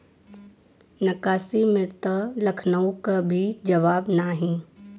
नक्काशी में त लखनऊ क भी जवाब नाही